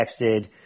texted